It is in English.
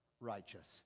righteous